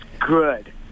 good